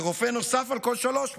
ורופא נוסף על כל שלוש מיטות,